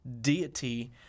deity